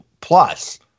plus